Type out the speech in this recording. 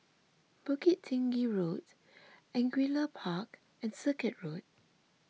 Bukit Tinggi Road Angullia Park and Circuit Road